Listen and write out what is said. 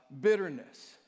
Bitterness